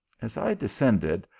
as i descended,